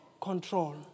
control